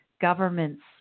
governments